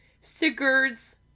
Sigurd's